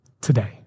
today